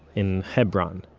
in hebron,